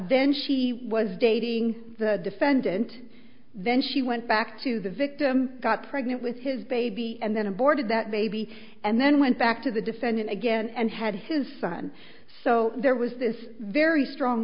then she was dating the defendant then she went back to the victim got pregnant with his baby and then aborted that baby and then went back to the defendant again and had his son so there was this very strong